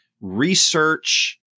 research